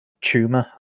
tumor